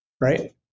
right